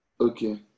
Okay